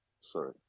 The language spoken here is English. sorry